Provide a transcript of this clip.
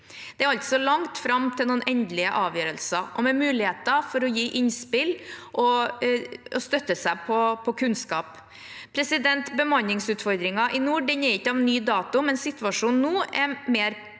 Det er altså langt fram til noen endelige avgjørelser – med muligheter for å gi innspill og støtte seg på kunnskap. Bemanningsutfordringer i nord er ikke av ny dato, men situasjonen nå er mer